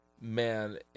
man